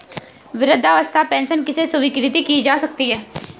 वृद्धावस्था पेंशन किसे स्वीकृत की जा सकती है?